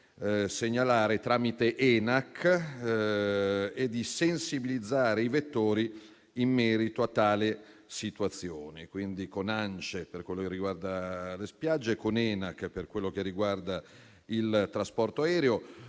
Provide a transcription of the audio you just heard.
l'aviazione civile (ENAC), e di sensibilizzare i vettori in merito a tale situazione. Quindi, mi attiverò con ANCI per quello che riguarda le spiagge e con ENAC per quello che riguarda il trasporto aereo.